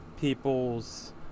peoples